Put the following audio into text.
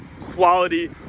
Quality